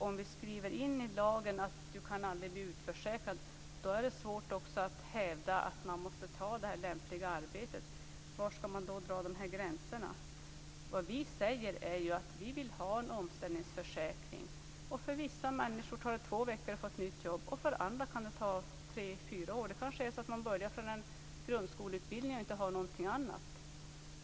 Om vi skriver in i lagen att man aldrig kan bli utförsäkrad är det svårt att hävda att det är nödvändigt att ta lämpligt arbete. Var skall man då dra gränsen? Vi säger att vi vill ha en omställningsförsäkring. För vissa människor tar det två veckor att få ett nytt jobb. För andra kan det ta tre-fyra år. Det är kanske så att man börjar utifrån en grundskoleutbildning och inte har någonting annat.